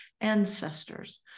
ancestors